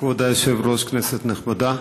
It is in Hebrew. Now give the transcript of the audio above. כבוד היושב-ראש, כנסת נכבדה,